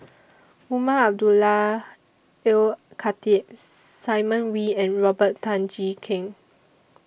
Umar Abdullah Al Khatib Simon Wee and Robert Tan Jee Keng